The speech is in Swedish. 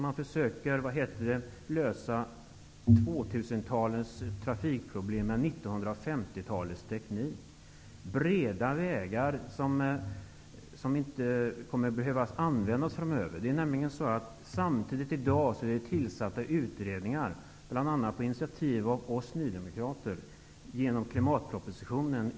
Man försöker lösa 2000-talets trafikproblem med 1950-talets teknik, dvs. med breda vägar som inte kommer att behövas framöver. Men utredningar har ju tillsatts, bl.a. på initiativ av oss nydemokrater. Här kommer klimatpropositionen in.